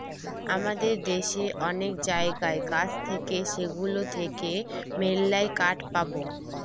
আমাদের দেশে অনেক জায়গায় গাছ থাকে সেগুলো থেকে মেললাই কাঠ পাবো